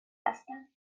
هستم